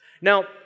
Now